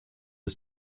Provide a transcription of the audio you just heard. des